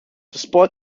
despite